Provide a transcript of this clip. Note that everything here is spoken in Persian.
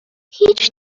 هیچ